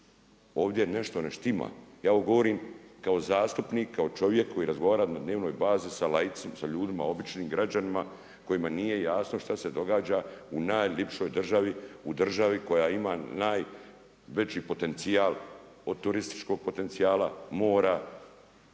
Ovdje nešto ne štima ja ovo govorim kao zastupnik, kao čovjek koji razgovara na dnevnoj bazi sa laicima, sa ljudima običnim građanima kojima nije jasno šta se događa u najlipšoj državi u državi koja ima najveći potencijal od turističkog potencijala, mora,